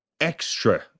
extra